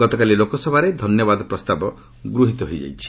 ଗତକାଲି ଲୋକସଭାରେ ଧନ୍ୟବାଦ ପ୍ରସ୍ତାବ ଗୃହୀତ ହୋଇଯାଇଛି